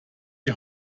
die